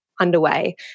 Underway